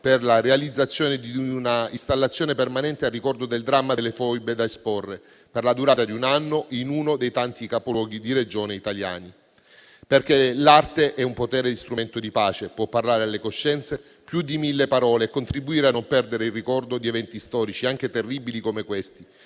per la realizzazione di una installazione permanente, in ricordo del dramma delle foibe, da esporre per la durata di un anno in uno dei tanti capoluoghi di Regione italiani. L'arte è un potente strumento di pace, può parlare alle coscienze più di mille parole e contribuire a non perdere il ricordo di eventi storici anche terribili come questi